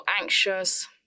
anxious